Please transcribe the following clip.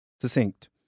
succinct